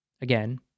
again